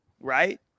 right